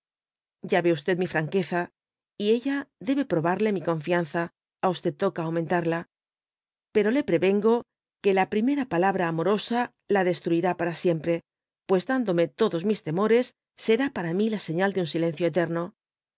ya y mi franqueza y ella debe probarle mi confianza á toca aumentarla pero le dbygoogk prevengo que la primera palabra amorosa la destruirá para siempre pues dándome todos mis temores será para mi la señal de ub silencio eterno